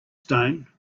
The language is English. stone